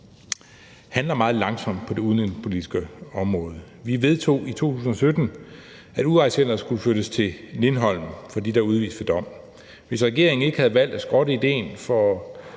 handler meget langsomt på det udlændingepolitiske område. Vi vedtog i 2017, at udrejsecenteret skulle flyttes til Lindholm for dem, der er udvist ved dom. Hvis regeringen ikke havde valgt at skrotte idéen, fordi